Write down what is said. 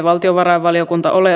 arvoisa puhemies